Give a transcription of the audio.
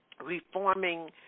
reforming